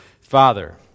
Father